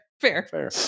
fair